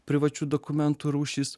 privačių dokumentų rūšys